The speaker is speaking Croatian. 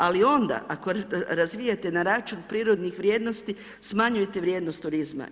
Ali onda ako razvijate na račun prirodnih vrijednosti smanjujete vrijednost turizma.